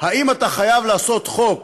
אם אתה חייב לעשות חוק